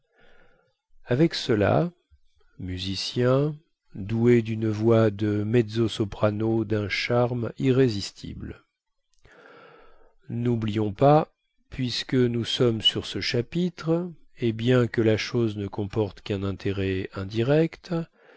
avec cela musicien doué dune voix de mezzo soprano dun charme irrésistible noublions pas puisque nous sommes sur ce chapitre et bien que la chose ne comporte quun intérêt indirect